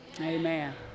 amen